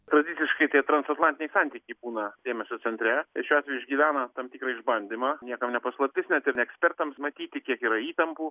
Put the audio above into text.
tradiciškai tie transatlantiniai santykiai būna dėmesio centre tai šiuo atveju išgyvena tam tikrą išbandymą niekam ne paslaptis net ir ne ekspertams matyti kiek yra įtampų